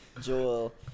Joel